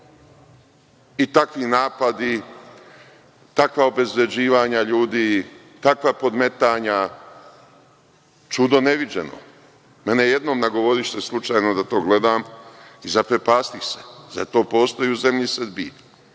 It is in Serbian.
Takvi napadi, takva obezvređivanja ljudi, takva podmetanja, čudo neviđeno. Mene jednom nagovoriše slučajno da to gledam i zaprepastih se. Zar to postoji u zemlji Srbiji?